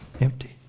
empty